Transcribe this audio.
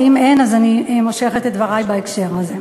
ואם אין אז אני מושכת את דברי בהקשר הזה.